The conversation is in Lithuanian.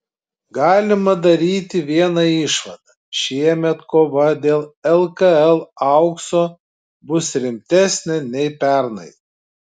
galima daryti vieną išvadą šiemet kova dėl lkl aukso bus rimtesnė nei pernai